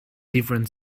different